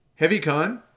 HeavyCon